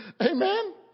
Amen